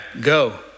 go